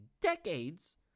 decades